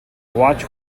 watch